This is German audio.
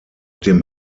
dem